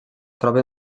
troba